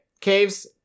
caves